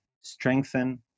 strengthen